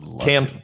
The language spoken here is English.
Cam